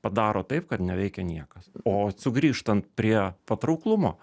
padaro taip kad neveikia niekas o sugrįžtant prie patrauklumo